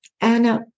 Anna